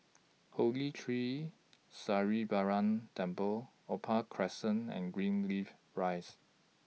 Holy Tree Sri Temple Opal Crescent and Greenleaf Rise